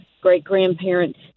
great-grandparents